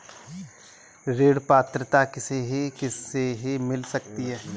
ऋण पात्रता किसे किसे मिल सकती है?